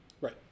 Right